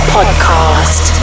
Podcast